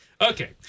okay